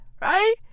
right